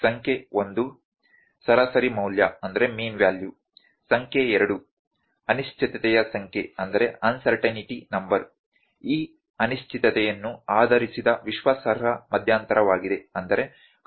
ಸಂಖ್ಯೆ 1 ಸರಾಸರಿ ಮೌಲ್ಯ ಸಂಖ್ಯೆ 2 ಅನಿಶ್ಚಿತತೆಯ ಸಂಖ್ಯೆ ಈ ಅನಿಶ್ಚಿತತೆಯನ್ನು ಆಧರಿಸಿದ ವಿಶ್ವಾಸಾರ್ಹ ಮಧ್ಯಂತರವಾಗಿದೆ